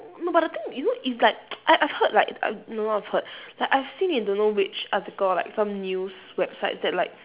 no but the thing you know it's like I I've have heard like uh don't know where I've heard like I've seen in don't know which article like some news website that like